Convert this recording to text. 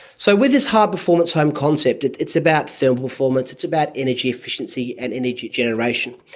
so with this high performance home concept it's it's about thermal performance, it's about energy efficiency and energy generation,